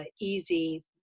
easy